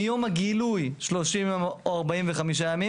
מיום הגילוי 30 יום או 45 ימים,